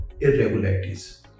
irregularities